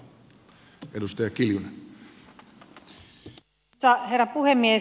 arvoisa herra puhemies